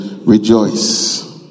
Rejoice